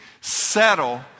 Settle